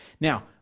Now